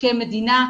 בחוקי מדינה,